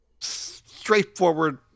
straightforward